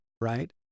right